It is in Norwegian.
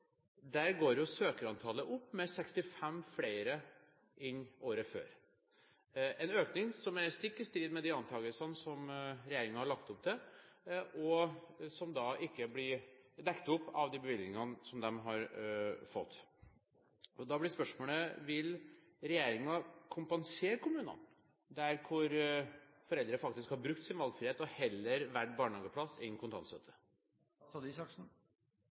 søkerantallet opp, med 65 flere enn året før – en økning som er stikk i strid med de antagelsene regjeringen har lagt opp til, og som ikke blir dekt opp av de bevilgningene de har fått. Da blir spørsmålet: Vil regjeringen kompensere kommunene der hvor foreldre faktisk har brukt sin valgfrihet og heller valgt barnehageplass